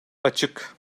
açık